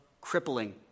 crippling